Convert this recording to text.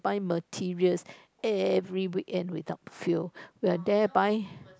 buy materials every weekend without fail we're there buy